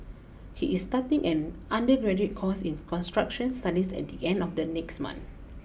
he is starting an undergraduate course in construction studies at the end of the next month